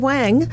Wang